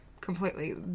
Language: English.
completely